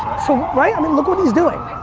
so right, i mean look what he's doing?